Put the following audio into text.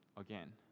again